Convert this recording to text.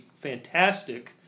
fantastic